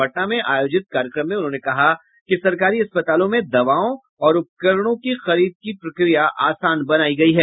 पटना में आयोजित कार्यक्रम में उन्होंने कहा कि सरकारी अस्पतालों में दवाओं और उपकरणों की खरीद की प्रक्रिया आसान बनायी गयी है